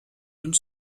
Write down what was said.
une